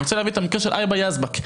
אני רוצה להביא את המקרה של היבא יזבק.